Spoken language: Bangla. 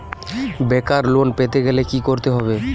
বেকার লোন পেতে গেলে কি করতে হবে?